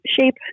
shape